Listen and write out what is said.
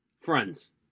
Friends